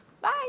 Bye